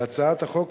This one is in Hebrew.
להצעת החוק,